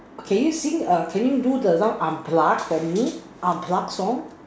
can you sing err can you do the some unplugged for me unplugged song